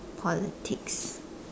politics